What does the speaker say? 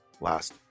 last